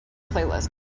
playlist